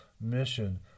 mission